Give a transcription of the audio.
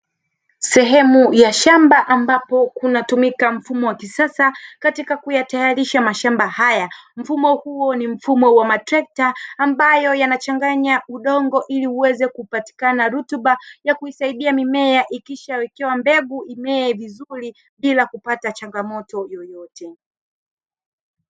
Sehemu ya shamba ambapo kunatumika mfumo wa kisasa katika kutayarisha mashamba haya. Mfumo huo ni mfumo wa matrekta ambayo yanachanganya udongo, ili uweze kupatikana rutuba yakuisaidia mimea ikishawekewa mbegu imee vizuri bila kupata changamoto yoyote.